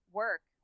work